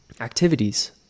activities